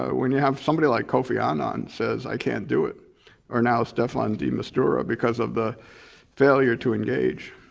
ah when you have somebody like kofi ah annan says i can't do it or now staffan de mistura because of the failure to engage.